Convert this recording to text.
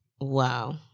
Wow